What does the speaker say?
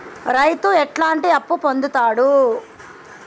రైతు ఎట్లాంటి అప్పు పొందుతడు?